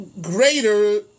greater